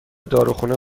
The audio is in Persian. داروخانه